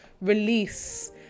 release